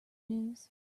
news